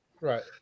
Right